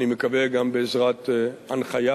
אני מקווה גם בעזרת הנחיה,